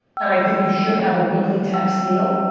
and i think you should have a weekly text deal,